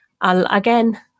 Again